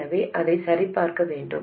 எனவே அதையும் சரிபார்க்க வேண்டும்